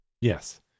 Yes